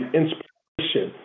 inspiration